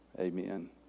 amen